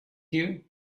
you